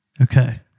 Okay